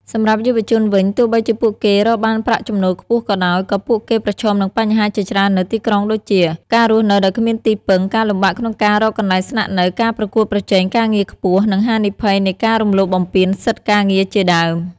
សម្រាប់យុវជនវិញ ទោះបីជាពួកគេរកបានប្រាក់ចំណូលខ្ពស់ក៏ដោយ ក៏ពួកគេប្រឈមនឹងបញ្ហាជាច្រើននៅទីក្រុងដូចជា ការរស់នៅដោយគ្មានទីពឹង ការលំបាកក្នុងការរកកន្លែងស្នាក់នៅ ការប្រកួតប្រជែងការងារខ្ពស់ និងហានិភ័យនៃការរំលោភបំពានសិទ្ធិការងារជាដើម។